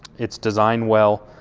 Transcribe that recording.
it's designed well.